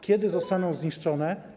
Kiedy zostaną zniszczone?